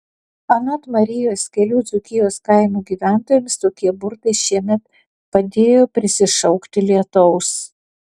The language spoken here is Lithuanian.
anot marijos kelių dzūkijos kaimų gyventojams tokie burtai šiemet padėjo prisišaukti lietaus